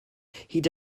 hyd